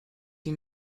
die